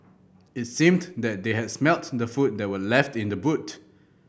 it seemed that they had smelt the food that were left in the boot